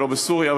ולא בסוריה,